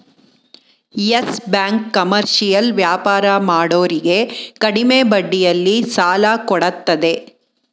Yes bank commercial ವ್ಯಾಪಾರ ಮಾಡೋರಿಗೆ ಕಡಿಮೆ ಬಡ್ಡಿಯಲ್ಲಿ ಸಾಲ ಕೊಡತ್ತದೆ